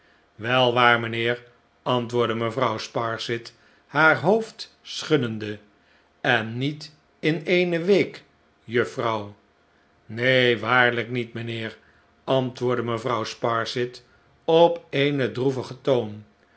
wel waar mijnheer antwoordde mevrouw sparsit haar hoofd schuddende en niet in sene week juffrouw neen waarlijk niet mynheer antwoordde mevrouw sparsit op een droevigen toon